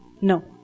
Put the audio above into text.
No